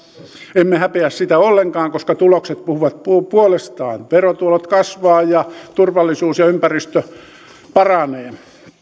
emme häpeä sitä ollenkaan koska tulokset puhuvat puolestaan verotulot kasvavat ja turvallisuus ja ympäristö paranevat